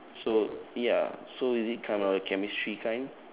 so ya so is it kinda chemistry kind